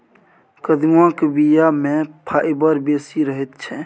कदीमाक बीया मे फाइबर बेसी रहैत छै